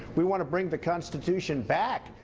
we want to bring the constitution back.